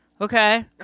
okay